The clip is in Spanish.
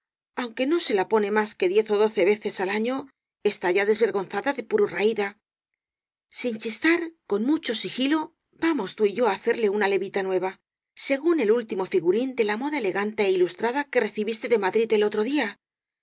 aunque no se la pone más que diez ó doce veces al año está ya desvergonzada de puro raída sin chistar con mucho sigilo vamos tú y yo á hacerle una levita nueva según el último figurín de la moda elegante é ilustrada que recibiste de ma drid el otro día